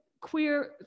queer